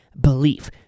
belief